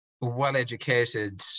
well-educated